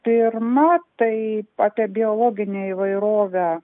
pirma tai apie biologinę įvairovę